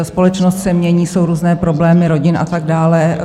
Společnost se mění, jsou různé problémy rodin a tak dále.